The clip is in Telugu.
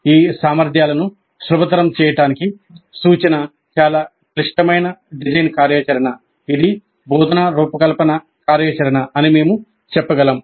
ఈ సామర్థ్యాలను సులభతరం చేయడానికి సూచన చాలా క్లిష్టమైన డిజైన్ కార్యాచరణ ఇది బోధనా రూపకల్పన కార్యాచరణ అని మేము చెప్పగలం